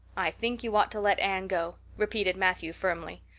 i think you ought to let anne go, repeated matthew firmly.